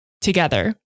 together